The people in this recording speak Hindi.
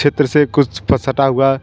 क्षेत्र से कुछ पर सटा हुआ